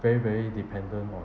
very very dependent on